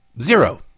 zero